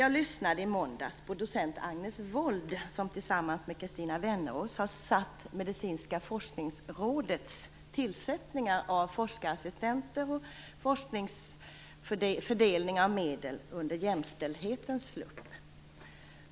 Jag lyssnade i måndags på docent Agnes Wold som tillsammans med Christina Wennerås har satt Medicinska Forskningsrådets tillsättningar av forskarassistenter och fördelning av forskningsmedel under jämställdhetens lupp.